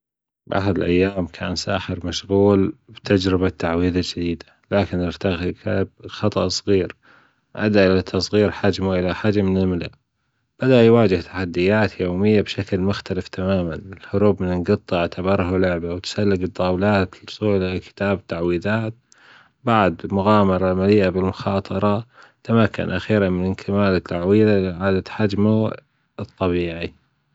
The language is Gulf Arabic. بأحد الأيام كان ساحر مشغول بتجربة تعوذة جديد لكن أرتكب خطأ صغير أدى إلى تصغير حجمه إلى حجم نملة العروب من القطة أعتبره لعبة واتسلج الطولات للوصول إلى كتاب التعوذات بعد مغامرة مليئة بالمخاطرة تمكن أخيرا من أكمال التعويذة لإعادة حجمه الطبيعي